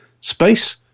space